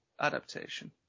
adaptation